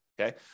Okay